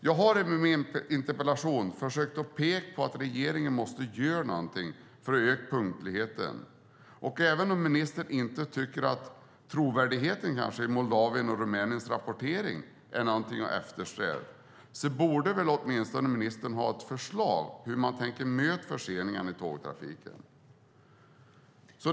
Jag har i min interpellation försökt att peka på att regeringen måste göra någonting för att öka punktligheten. Även om ministern kanske inte tycker att trovärdigheten i Moldaviens och Rumäniens rapportering är någonting att eftersträva borde ministern åtminstone ha ett förslag på hur man tänker möta förseningarna i tågtrafiken.